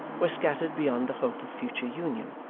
were scattered beyond the hope of future union.